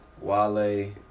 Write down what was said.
Wale